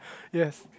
yes